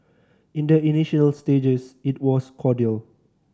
in the initial stages it was cordial